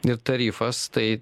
ir tarifas tai